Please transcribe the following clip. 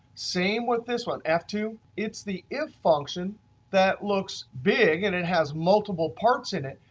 same with this one. f two, it's the if function that looks big and it has multiple parts in it.